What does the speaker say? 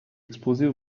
exposée